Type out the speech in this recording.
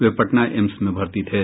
वे पटना एम्स में भर्ती थे